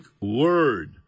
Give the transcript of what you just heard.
word